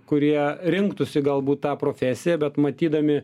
kurie rinktųsi galbūt tą profesiją bet matydami